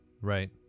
Right